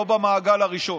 לא במעגל הראשון: